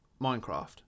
Minecraft